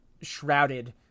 shrouded